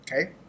okay